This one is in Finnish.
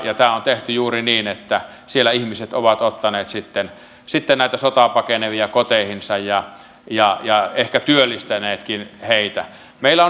ja tämä kotouttaminen on tehty juuri niin että siellä ihmiset ovat ottaneet sitten sitten näitä sotaa pakenevia koteihinsa ja ja ehkä työllistäneetkin heitä meillä